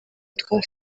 yitwa